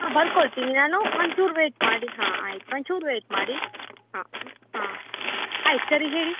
ಹಾಂ ಬರ್ಕೊಳ್ತೀನಿ ನಾನು ಒಂಚೂರು ವೆಯ್ಟ್ ಮಾಡಿ ಹಾಂ ಆಯ್ತು ಒಂಚೂರು ವೆಯ್ಟ್ ಮಾಡಿ ಹಾಂ ಹಾಂ ಆಯ್ತು ಸರಿ ಹೇಳಿ